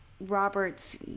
robert's